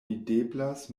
videblas